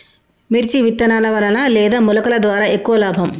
మిర్చి విత్తనాల వలన లేదా మొలకల ద్వారా ఎక్కువ లాభం?